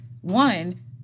One